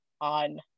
on